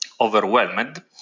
overwhelmed